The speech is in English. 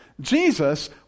Jesus